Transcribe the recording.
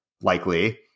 likely